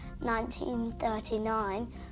1939